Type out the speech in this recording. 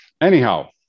anyhow